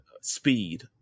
speed